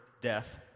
Death